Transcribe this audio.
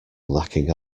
lacking